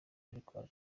ariko